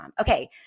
Okay